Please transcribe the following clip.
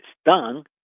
stung